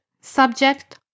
subject